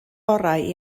orau